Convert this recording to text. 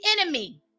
enemy